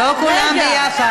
לא, אני לא, לא כולם ביחד.